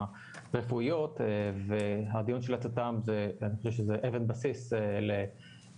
הרפואיות והדיון של הצט"מ אני חושב שזה אבן בסיס למה